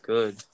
Good